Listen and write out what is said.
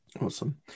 awesome